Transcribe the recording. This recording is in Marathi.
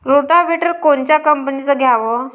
रोटावेटर कोनच्या कंपनीचं घ्यावं?